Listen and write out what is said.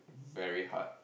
very hard